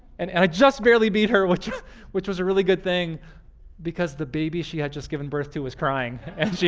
and and i just barely beat her, which which was a really good thing because the baby she had just given birth to was crying and